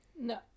No